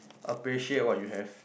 appreciate what you have